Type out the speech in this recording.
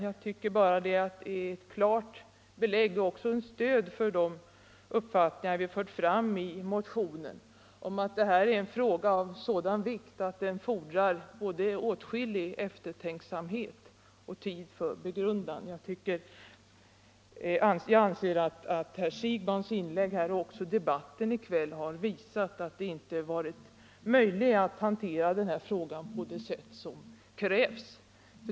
Jag tycker bara att det ger klart belägg och stöd för de uppfattningar vi fört fram i motionen, nämligen att det här är en fråga av sådan vikt att den fordrar åtskillig eftertanke och tid för begrundan. Jag anser att herr Siegbahns inlägg och debatten i kväll visar att det inte varit möjligt att hantera denna fråga på det sätt som krävs.